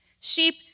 Sheep